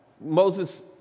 Moses